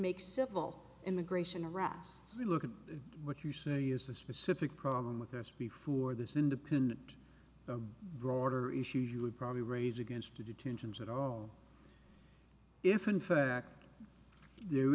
make civil immigration arrests look at what you say is a specific problem with this before this independent a broader issue you would probably raise against the detentions at all if in fact there